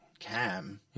Cam